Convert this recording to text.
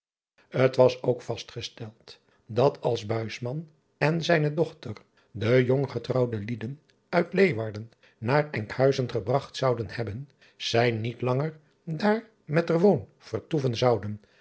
t as ook vastgesteld dat als en zijne dochter de jong getrouwde lieden uit eeuwarden naar nkhuizen gebragt zouden hebben zij niet langer daar met er woon vertoeven zouden